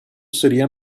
sería